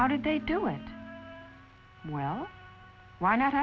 how did they do it well why not